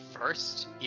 first